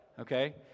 Okay